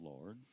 Lord